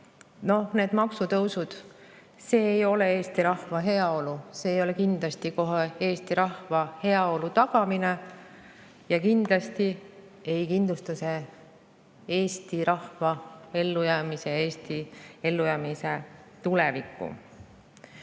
Noh, maksutõusud ei ole Eesti rahva heaolu [nimel]. See ei ole kohe kindlasti Eesti rahva heaolu tagamine. Ja kindlasti ei kindlusta see Eesti rahva ellujäämist, Eesti ellujäämist tulevikus.